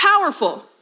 powerful